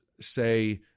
Say